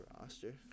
roster